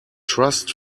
trust